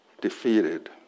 defeated